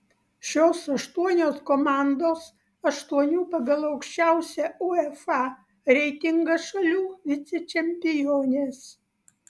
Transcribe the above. šios aštuonios komandos aštuonių pagal aukščiausią uefa reitingą šalių vicečempionės